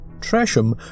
Tresham